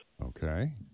Okay